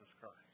Christ